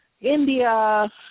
India